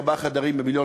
ארבעה חדרים במיליון